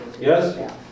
Yes